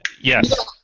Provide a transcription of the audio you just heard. Yes